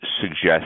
suggest